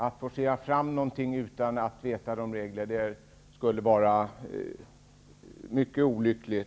Att forcera fram någonting utan att veta vilka regler som gäller i EG skulle vara mycket olyckligt.